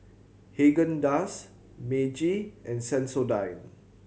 Haagen Dazs Meiji and Sensodyne